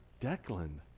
Declan